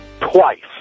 twice